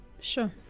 Sure